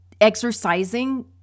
exercising